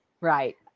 Right